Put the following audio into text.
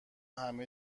همه